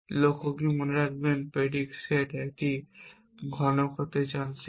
লক্ষ্য কি মনে রাখবেন predicate সেট একটি ঘনক হতে চান সেট